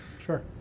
Sure